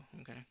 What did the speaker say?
okay